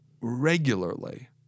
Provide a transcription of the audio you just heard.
regularly